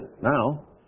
now